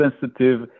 sensitive